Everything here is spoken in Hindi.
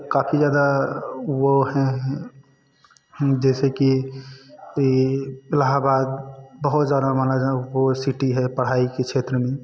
काफ़ी ज़्यादा वह है जैसे कि ई इलाहाबाद बहुत ज़्यादा वह माना जाना वह सिटी है पढ़ाई के क्षेत्र में